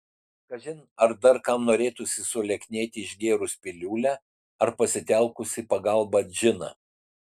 kažin ar dar kam norėtųsi sulieknėti išgėrus piliulę ar pasitelkus į pagalbą džiną